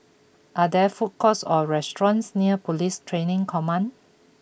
are there food courts or restaurants near Police Training Command